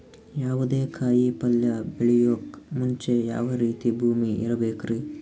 ಯಾವುದೇ ಕಾಯಿ ಪಲ್ಯ ಬೆಳೆಯೋಕ್ ಮುಂಚೆ ಯಾವ ರೀತಿ ಭೂಮಿ ಇರಬೇಕ್ರಿ?